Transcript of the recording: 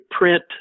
print